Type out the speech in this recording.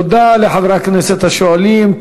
תודה לחברי הכנסת השואלים,